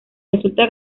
resulta